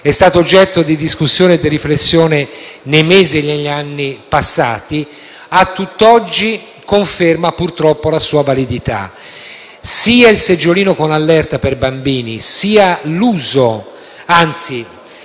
è stato oggetto di discussione e di riflessione nei mesi e negli anni passati e a tutt'oggi conferma, purtroppo, la sua validità: sia la mancanza di seggiolini con l'allerta per bambini sia l'uso o, anzi,